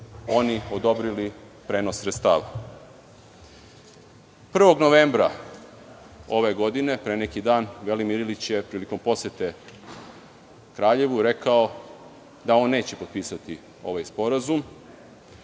oni odobrili prenos sredstava. Dana, 1. novembra ove godine, dakle, pre neki dan, Velimir Ilić je prilikom posete Kraljevu rekao da on neće potpisati ovaj sporazum